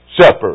Shepherd